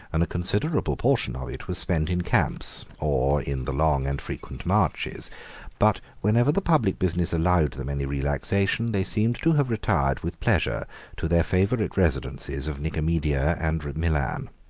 and a considerable portion of it was spent in camps, or in the long and frequent marches but whenever the public business allowed them any relaxation, they seemed to have retired with pleasure to their favorite residences of nicomedia and milan.